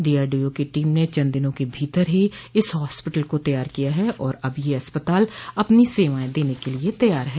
DRDO की team ने चंद दिनों के भीतर ही इस हास्पिटल को तैयार किया है और अब यह अस्पताल अपनी सेवाएं देन के लिये तैयार है